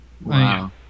Wow